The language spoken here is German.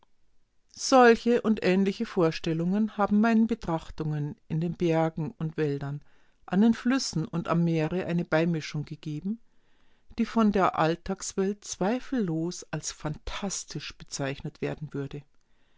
solche und ähnliche vorstellungen haben meinen betrachtungen in den bergen und wäldern an den flüssen und am meere eine beimischung gegeben die von der alltagswelt zweifellos als phantastisch bezeichnet werden würde